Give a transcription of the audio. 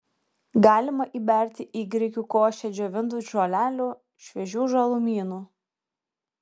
galima įberti į grikių košę džiovintų žolelių šviežių žalumynų